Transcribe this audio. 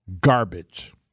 Garbage